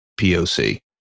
POC